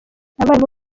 abarimu